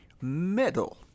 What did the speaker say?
metal